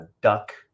duck